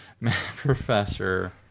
Professor